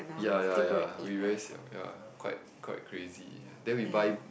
ya ya ya we very siao ya quite quite crazy ya then we buy